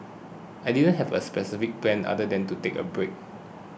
I didn't have a specific plan other than to take a break